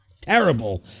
Terrible